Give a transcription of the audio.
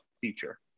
feature